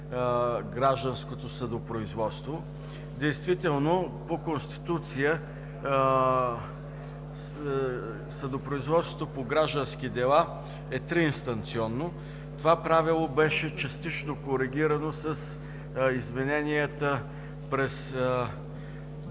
гражданското съдопроизводство. Действително по Конституция съдопроизводството по граждански дела е триинстанционно. Това правило беше частично коригирано с измененията през